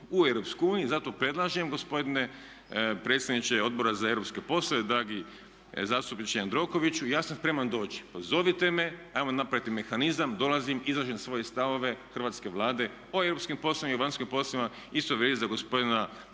u Europskoj uniji. Zato predlažem gospodine predsjedniče Odbora za europske poslove, dragi zastupniče Jandrokoviću ja sam spreman doći. Pozovite me, hajmo napraviti mehanizam, dolazim, izlažem svoje stavove hrvatske Vlade o europskim poslovima i vanjskim poslovima. Isto vrijedi za gospodina